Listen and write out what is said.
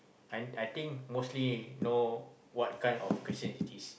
and I think mostly know what kind of question is this